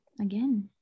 again